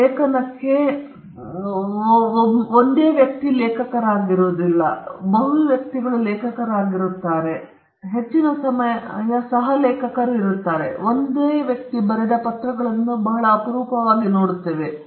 ಇಂದು ವಿಜ್ಞಾನ ಮತ್ತು ತಂತ್ರಜ್ಞಾನವು ಅಂತಹ ಒಂದು ಮಟ್ಟಕ್ಕೆ ಪ್ರಗತಿ ಸಾಧಿಸಿದೆ ಮತ್ತು ಇದು ವಿಜ್ಞಾನ ಮತ್ತು ತಂತ್ರಜ್ಞಾನದಲ್ಲಿನ ಶೈಕ್ಷಣಿಕ ಬರವಣಿಗೆಯ ಬಗ್ಗೆ ಸತ್ಯವಾಗಿದೆ ಹೆಚ್ಚಿನ ಸಮಯ ಅವರು ಸಹ ಲೇಖಕರಾಗಿದ್ದಾರೆ ಒಂದೇ ವ್ಯಕ್ತಿ ಬರೆದ ಪತ್ರಗಳನ್ನು ನಾವು ಬಹಳ ಅಪರೂಪವಾಗಿ ನೋಡುತ್ತೇವೆ